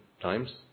times